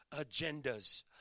agendas